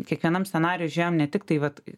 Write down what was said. kiekvienam scenarijui žiūrėjom ne tiktai vat